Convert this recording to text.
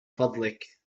فضلك